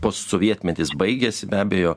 postsovietmetis baigėsi be abejo